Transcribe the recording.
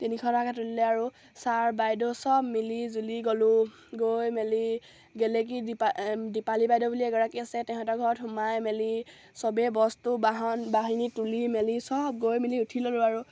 তিনিশ টকাকৈ তুলিলে আৰু ছাৰ বাইদেউ সব মিলিজুলি গ'লোঁ গৈ মেলি গেলেকী দীপা দীপালী বাইদেউ বুলি এগৰাকী আছে তাহাঁতৰ ঘৰত সোমাই মেলি সবেই বস্তু বাহন বাহিনী তুলি মেলি সব গৈ মেলি উঠি ল'লোঁ আৰু